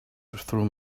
through